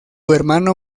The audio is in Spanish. hermano